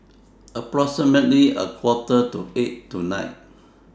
approximately A Quarter to eight tonight